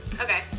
Okay